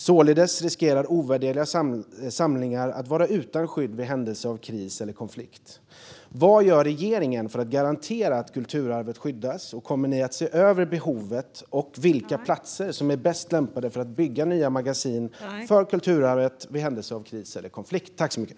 Således riskerar ovärderliga samlingar att vara utan skydd vid händelse av kris eller konflikt. Vad gör regeringen för att garantera att kulturarvet skyddas? Kommer ni att se över behovet och vilka platser som är bäst lämpade att bygga nya magasin på för att skydda kulturarvet i händelse av kris eller konflikt?